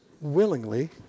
willingly